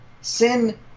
Sin